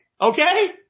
okay